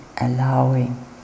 allowing